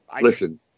Listen